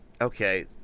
Okay